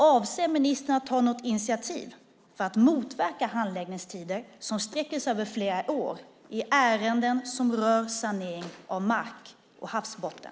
Avser ministern att ta något initiativ för att motverka handläggningstider som sträcker sig över flera år i ärenden som rör sanering av mark och havsbotten?